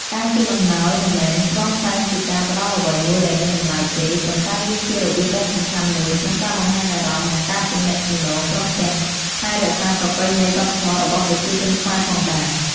ការជូនអំណោយមិនមែនគ្រាន់តែជាការផ្ដល់អ្វីមួយដែលមានតម្លៃទេ ប៉ុន្តែវាជារបៀបដ៏សំខាន់មួយក្នុងការបង្ហាញអារម្មណ៍ បង្កើតទំនាក់ទំនង ព្រមទាំងថែរក្សាប្រពៃណីវប្បធម៌របស់ប្រជាជនខ្មែរផងដែរ។